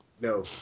No